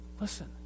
listen